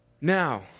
now